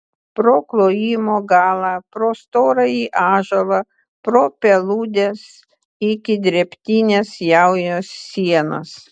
pro klojimo galą pro storąjį ąžuolą pro peludes iki drėbtinės jaujos sienos